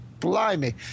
Blimey